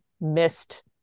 missed